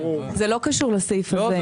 זה לא קשור לסעיף הזה.